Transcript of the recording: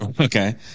Okay